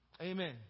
Amen